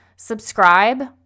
subscribe